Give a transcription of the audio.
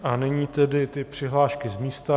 A nyní tedy ty přihlášky z místa.